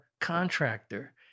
contractor